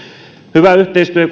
hyvä yhteistyö